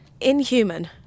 inhuman